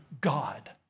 God